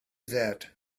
that